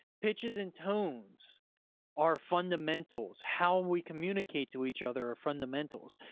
pitches and tones are fundamentals. how we communicate to each other are fundamentals.